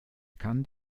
kann